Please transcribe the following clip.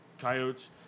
coyotes